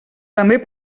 també